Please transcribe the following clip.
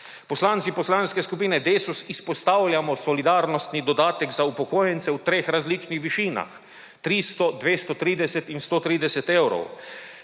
Poslanci Poslanske skupine Desus izpostavljamo solidarnostni dodatek za upokojence v treh različnih višinah – 300, 230 in 130 evrov.